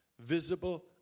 visible